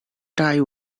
tie